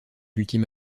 ultime